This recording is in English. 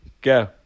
Go